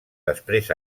després